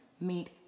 meet